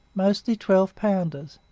mostly twelve pounders,